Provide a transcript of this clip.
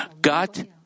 God